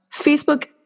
Facebook